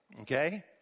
okay